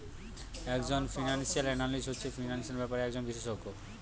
একজন financial analyst হচ্ছে financial ব্যাপারে একজন বিশেষজ্ঞ